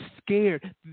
scared